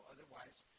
Otherwise